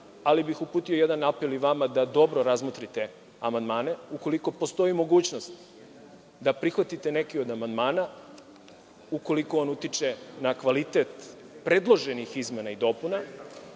ali bih uputio jedan apel i vama da dobro razmotrite amandmane. Ukoliko postoji mogućnost da prihvatite neke od amandmana, ukoliko on utiče na kvalitet predloženih izmena i dopuna,